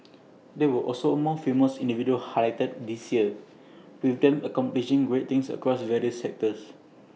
there were also more female individuals highlighted this year with them accomplishing great things across various sectors